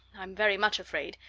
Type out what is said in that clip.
i'm very much afraid,